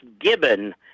Gibbon